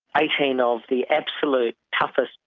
eighteen of the absolute toughest,